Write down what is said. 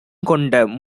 கொண்ட